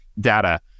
data